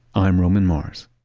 i'm roman mars